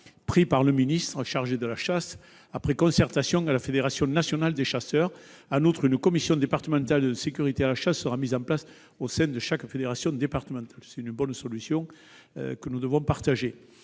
pris par le ministre chargé de la chasse, après concertation avec la Fédération nationale des chasseurs. En outre, une commission départementale de sécurité de la chasse sera mise en place au sein de chaque fédération départementale ; c'est une bonne solution. Au terme